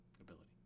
ability